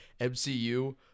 MCU